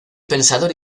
pensador